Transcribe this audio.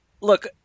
Look